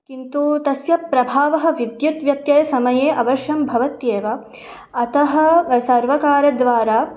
किन्तु तस्य प्रभावः विद्युद्व्यत्ययसमये अवश्यं भवत्येव अतः सर्वकारद्वारा